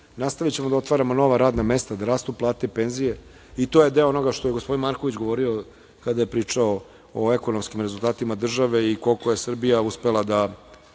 nastavićemo da otvaramo nova radna mesta, da rastu plate i penzije i to je deo onoga što je gospodin Marković govorio kada je pričao o ekonomskim rezultatima države i koliko je Srbija uspela da